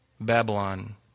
Babylon